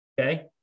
Okay